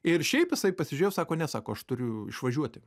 ir šiaip jisai pasižiūrėjo sako ne sako aš turiu išvažiuoti